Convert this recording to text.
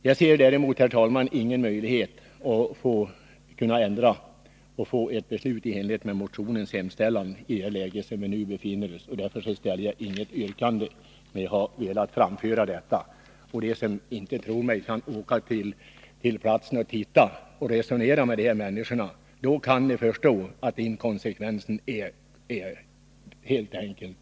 Jag ser däremot, herr talman, ingen möjlighet att få ett beslut i enlighet med motionens hemställan i rådande läge. Därför framställer jag inget yrkande. Men jag har ändå velat framföra dessa synpunkter. De som inte tror mig kan åka till platsen och titta och resonera med människorna där. Då kan ni förstå att inkonsekvensen helt enkelt är besvärande.